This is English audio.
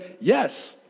yes